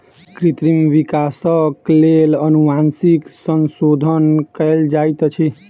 कृत्रिम विकासक लेल अनुवांशिक संशोधन कयल जाइत अछि